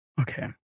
Okay